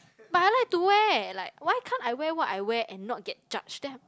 but I like to wear like why can't I wear what I wear and not get judged them